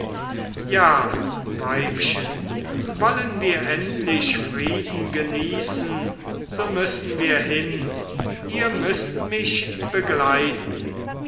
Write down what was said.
ja weibchen wollen wir endlich friede genießen so müssen wir hin ihr müßt mich begleiten